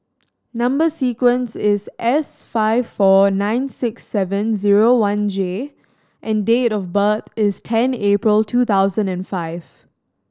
number sequence is S five four nine six seven zero one J and date of birth is ten April two thousand and five